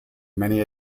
many